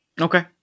Okay